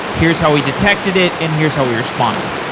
here's how he detected it and here's how we responded.